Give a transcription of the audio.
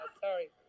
Sorry